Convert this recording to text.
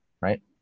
right